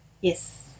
Yes